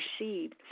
received